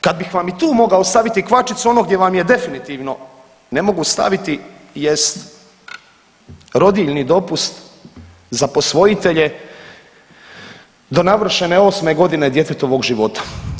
Kad bih vam i tu mogao staviti kvačicu onog gdje vam je definitivno ne mogu staviti jest rodiljni dopust za posvojitelje do navršene osme godine djetetovog života.